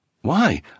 Why